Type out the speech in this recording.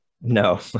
No